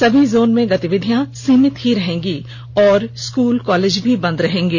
सभी जोन में गतिविधियां सीमित रहेंगी और स्कूल कॉलेज बंद रहेगें